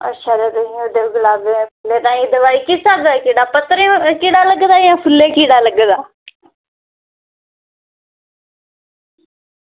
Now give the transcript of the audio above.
एह् किस स्हाबै दा पत्तरें ई कीड़ा लग्गे दा जां फुल्लें ई कीड़ा लग्गे दा